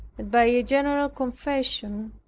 and by a general confession,